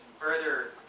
further